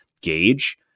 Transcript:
gauge